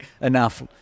enough